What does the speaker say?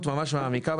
ממש מעמיקה,